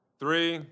three